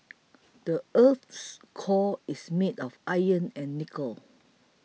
the earth's core is made of iron and nickel